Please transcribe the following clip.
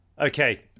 Okay